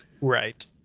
Right